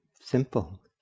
Simple